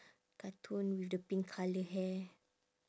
cartoon with the pink colour hair